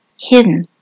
hidden